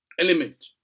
element